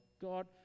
god